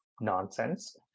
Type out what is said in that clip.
nonsense